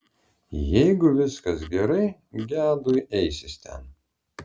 jeigu viskas gerai gedui eisis ten